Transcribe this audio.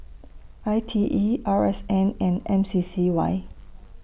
I T E R S N and M C C Y